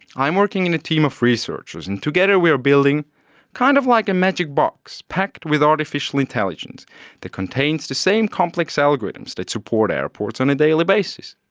i am working in a team of researchers and together we are building kind of like a magic box, packed with artificial intelligence that contains the same complex algorithms that support airports on a daily basis.